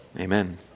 Amen